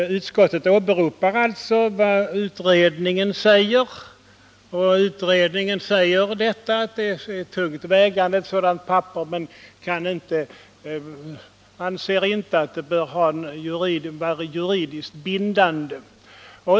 Utskottet åberopar alltså vad utredningen säger om att ett sådant testamente är tungt vägande men anser inte att det bör vara juridiskt bindande.